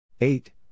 Eight